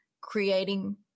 creating